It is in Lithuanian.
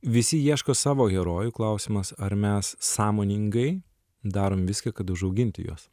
visi ieško savo herojų klausimas ar mes sąmoningai darom viską kad užauginti juos